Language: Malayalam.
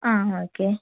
ആ ഓക്കെ